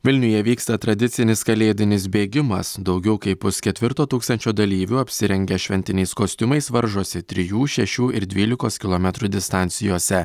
vilniuje vyksta tradicinis kalėdinis bėgimas daugiau kaip pusketvirto tūkstančio dalyvių apsirengę šventiniais kostiumais varžosi trijų šešių ir dvylikos kilometrų distancijose